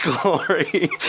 glory